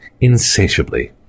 insatiably